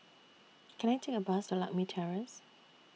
Can I Take A Bus to Lakme Terrace